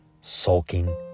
Sulking